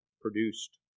produced